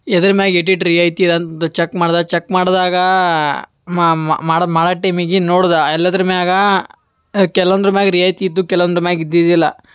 ಇದ್ರ ಮ್ಯಾಗ ಎಡಿಟ್ ರಿಯಾಯಿತಿ ಇದಂತ ಚಕ್ ಮಾಡ್ದೆ ಚಕ್ ಮಾಡಿದಾಗಾ ಮಾಡೋದು ಮಾಡೋ ಟೈಮಿಗೆ ನೋಡ್ದೆ ಎಲ್ಲದ್ರ ಮ್ಯಾಗ ಕೆಲ್ವೊಂದ್ರ ಮ್ಯಾಗ ರಿಯಾಯಿತಿ ಇದ್ದು ಕೆಲೊಂದ್ರ ಮ್ಯಾಗ ಇದ್ದಿದಿಲ್ಲ